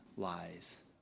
lies